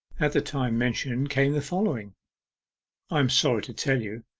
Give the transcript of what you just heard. at the time mentioned came the following i am sorry to tell you,